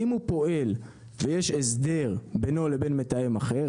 אם הוא פועל ויש הסדר בינו לבין מתאם אחר,